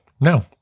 No